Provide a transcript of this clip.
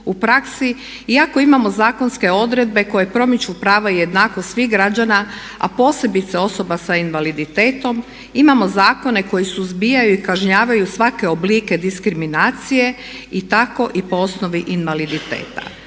u praksi iako imamo zakonske odredbe koje promiču prava i jednakost svih građana, a posebice osoba sa invaliditetom. Imamo zakone koji suzbijaju i kažnjavaju svake oblike diskriminacije i tako i po osnovi invaliditeta.